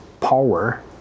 power